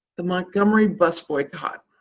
the montgomery bus boycott.